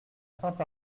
saint